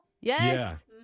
Yes